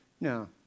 no